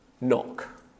knock